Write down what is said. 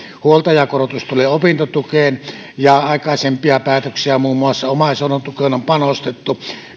huoltajakorotus tulee opintotukeen ja aikaisempia päätöksiä muun muassa omaishoidon tukeen on panostettu